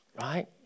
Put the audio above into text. Right